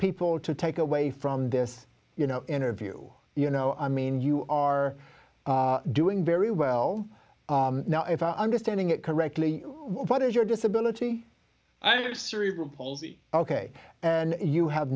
people to take away from this you know interview you know i mean you are doing very well now if i understanding it correctly what is your disability i have cerebral palsy ok and you have